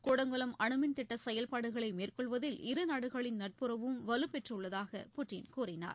கூடங்குளம் அனுமிள் திட்ட செயல்பாடுகளை மேற்கொள்வதில் இருநாடுகளின் நட்புறவும் வலுப்பெற்றுள்ளதாக புடின் கூறினார்